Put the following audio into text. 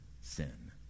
sin